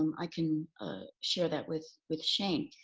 um i can share that with with shane.